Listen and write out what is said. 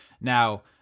Now